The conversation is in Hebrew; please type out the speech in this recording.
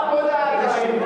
רק רגע.